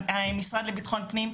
המשרד לביטחון הפנים,